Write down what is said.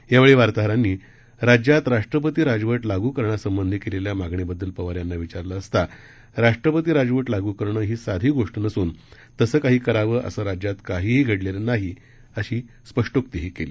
यावेळी वार्ताहरांनी राज्यात राष्ट्रपती राजवट लागू करण्यासंबंधी केलेल्या मागणीबद्दल पवार यांना विचारलं असता राष्ट्रपती राजवट लागू करणं ही साधी गोष्ट नसून तसं काही करावं असं राज्यात काहीही घडलेलं नाही अशी रुपष्टोक्तीही केली